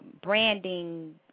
branding